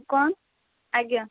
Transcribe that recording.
କ'ଣ ଆଜ୍ଞା